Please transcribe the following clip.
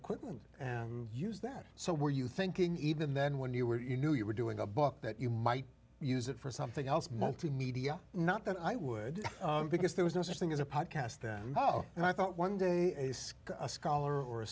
equipment and use that so were you thinking even then when you were you knew you were doing a book that you might use it for something else multimedia not that i would because there was no such thing as a podcast there oh and i thought one day a scholar or a